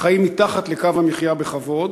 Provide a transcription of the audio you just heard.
חיים מתחת לקו המחיה בכבוד.